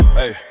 hey